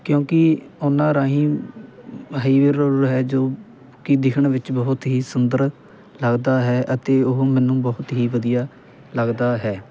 ਕਿਉਂਕਿ ਉਹਨਾਂ ਰਾਹੀਂ ਹਾਈਵੇ ਰੋ ਹੈ ਜੋ ਕਿ ਦਿਖਣ ਵਿੱਚ ਬਹੁਤ ਹੀ ਸੁੰਦਰ ਲੱਗਦਾ ਹੈ ਅਤੇ ਉਹ ਮੈਨੂੰ ਬਹੁਤ ਹੀ ਵਧੀਆ ਲੱਗਦਾ ਹੈ